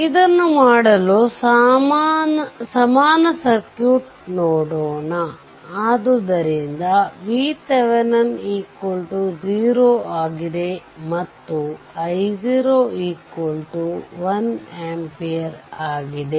ಇದನ್ನು ಮಾಡಲು ಸಮಾನ ಸರ್ಕ್ಯೂಟ್ ನೋಡೋಣ ಆದ್ದರಿಂದ VThevenin 0ಆಗಿದೆ ಮತ್ತು i0 1 ampere ಆಗಿದೆ